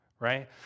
right